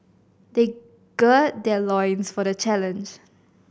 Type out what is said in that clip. they gird their loins for the challenge